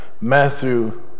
Matthew